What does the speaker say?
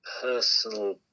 personal